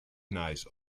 nice